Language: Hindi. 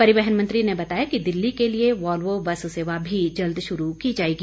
परिवहन मंत्री ने बताया कि दिल्ली के लिए वॉल्वो बस सेवा भी जल्द शुरू की जाएगी